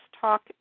talk